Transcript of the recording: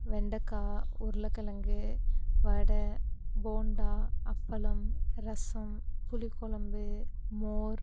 வெண்டக்காய் உருளக்கிழங்கு வடை போண்டா அப்பளம் ரசம் புளிக்கொழம்பு மோர்